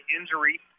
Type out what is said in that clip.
injury